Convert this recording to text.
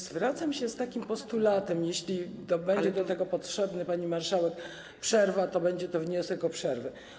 Zwracam się z takim postulatem, jeśli będzie do tego potrzebna przerwa, pani marszałek, to będzie to wniosek o przerwę.